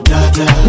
Dada